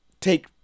take